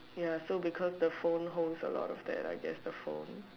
ya so because the phone holds a lot of that I guess the phone